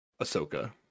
Ahsoka